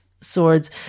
swords